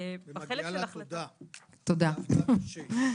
מגיעה לה תודה, היא עבדה קשה.